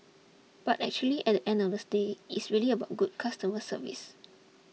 but actually at the end of the day it's really about good customer service